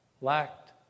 lacked